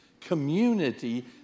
community